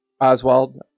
Oswald